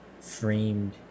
framed